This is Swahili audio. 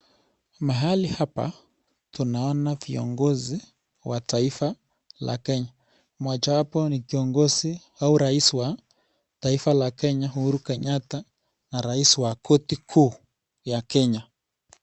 Mahali hapa tunaona viongozi wa taifa la Kenya. Mmojawapo ni kiongozi au rais wa taifa la Kenya, Uhuru Kenyatta na rais wa koti kuu ya Kenya.